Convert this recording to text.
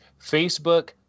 Facebook